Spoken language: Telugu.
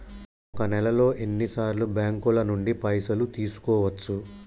ఒక నెలలో ఎన్ని సార్లు బ్యాంకుల నుండి పైసలు తీసుకోవచ్చు?